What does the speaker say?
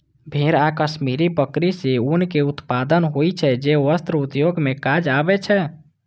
भेड़ आ कश्मीरी बकरी सं ऊनक उत्पादन होइ छै, जे वस्त्र उद्योग मे काज आबै छै